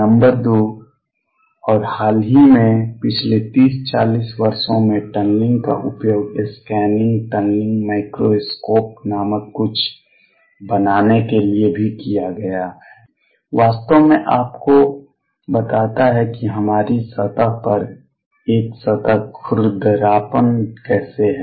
number 2 और हाल ही में पिछले 30 40 वर्षों में टनलिंग का उपयोग स्कैनिंग टनलिंग माइक्रोस्कोप नामक कुछ बनाने के लिए भी किया गया है जो वास्तव में आपको बताता है कि हमारी सतह पर एक सतह खुरदरापन कैसे है